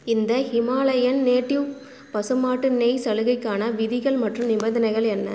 இந்த Himalayan native பசுமாட்டு நெய் சலுகைக்கான விதிகள் மற்றும் நிபந்தனைகள் என்ன